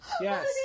Yes